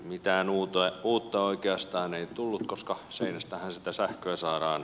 mitään uutta oikeastaan ei tullut koska seinästähän sitä sähköä saadaan